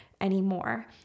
anymore